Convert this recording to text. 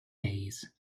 days